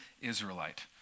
Israelite